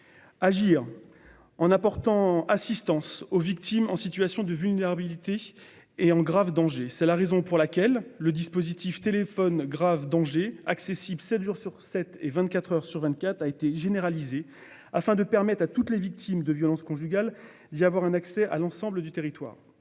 Agir, en apportant assistance aux victimes en situation de vulnérabilité et en grave danger. C'est la raison pour laquelle le dispositif téléphone grave danger, accessible sept jours sur sept, vingt-quatre heures sur vingt-quatre, a été généralisé, afin de permettre à toutes les victimes de violences conjugales d'y avoir accès sur l'ensemble du territoire.